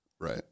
Right